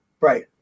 right